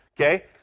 Okay